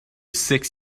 six